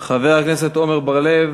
חבר הכנסת עמר בר-לב